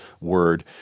word